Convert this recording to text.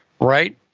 right